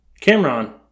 Cameron